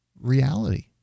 reality